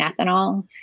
ethanol